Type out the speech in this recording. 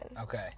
Okay